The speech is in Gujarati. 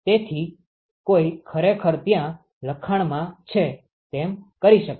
તેથી કોઈ ખરેખર ત્યાં લખાણમાં છે તેમ કરી શકે છે